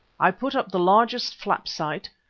i put up the largest flapsight,